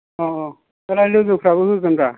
अ अ बेलाय लोगोफ्राबो होगोन दा